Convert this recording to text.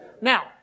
Now